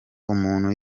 umuntu